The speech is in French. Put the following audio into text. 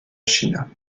chine